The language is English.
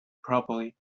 properly